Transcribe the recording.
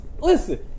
Listen